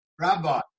Rabbi